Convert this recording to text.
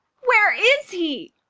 where is he?